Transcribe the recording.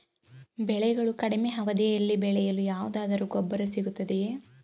ಬೆಳೆಗಳು ಕಡಿಮೆ ಅವಧಿಯಲ್ಲಿ ಬೆಳೆಯಲು ಯಾವುದಾದರು ಗೊಬ್ಬರ ಸಿಗುತ್ತದೆಯೇ?